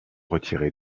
retiré